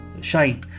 shine